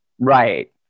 right